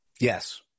Yes